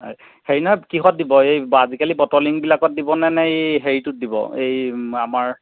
এই হেৰি নহয় কিহত দিব এই আজিকালি বটলিংবিলাকত দিবনে নে এই হেৰিটোত দিব এই আমাৰ